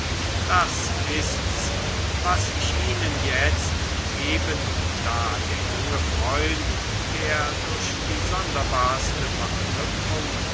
das ist's was ich ihnen jetzt eben da der junge freund der durch die sonderbarste verknüpfung